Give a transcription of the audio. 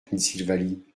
pennsylvanie